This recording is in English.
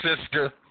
sister